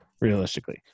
realistically